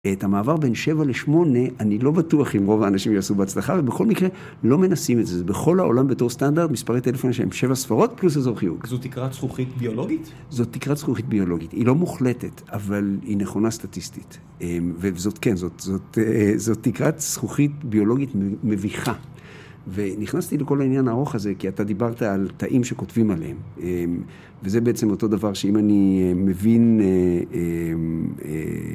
את המעבר בין שבע לשמונה, אני לא בטוח אם רוב האנשים יעשו בהצלחה ובכל מקרה לא מנסים את זה. זה בכל העולם בתור סטנדרט, מספרי טלפון שהם שבע ספרות פלוס איזור חיוג. זאת תקרת זכוכית ביולוגית? זאת תקרת זכוכית ביולוגית. היא לא מוחלטת, אבל היא נכונה סטטיסטית. וזאת, כן, זאת תקרת זכוכית ביולוגית מביכה. ונכנסתי לכל העניין הארוך הזה, כי אתה דיברת על תאים שכותבים עליהם. וזה בעצם אותו דבר שאם אני מבין...